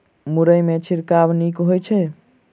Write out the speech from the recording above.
मुरई मे छिड़काव नीक होइ छै?